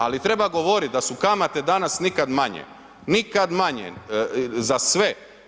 Ali treba govoriti da su kamate danas nikad manje, nikad manje za sve.